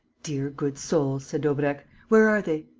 dear, good souls! said daubrecq. where are they?